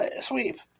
sweep